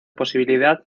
posibilidad